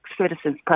citizens